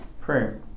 Prayer